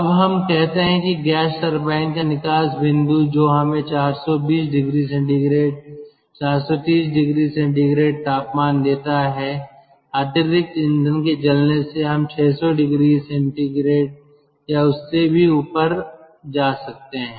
अब हम कहते हैं कि गैस टरबाइन का निकास बिंदु जो हमें 420oC 430oC तापमान देता है अतिरिक्त ईंधन के जलने से हम 600oC या इससे भी ऊपर जा सकते हैं